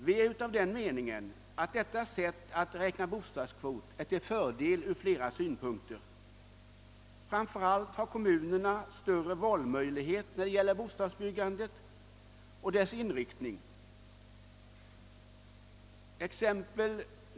Vi är av den meningen att detta sätt att räkna bostadskvot är till fördel ur flera synpunkter. Framför allt har kommunerna då större valmöjligheter när det gäller bostadsbyggandets inriktning.